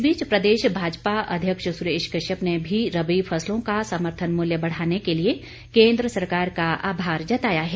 इस बीच प्रदेश भाजपा अध्यक्ष सुरेश कश्यप ने भी रबी फसलों का समर्थन मूल्य बढ़ाने के लिए केंद्र सरकार का आभार जताया हैं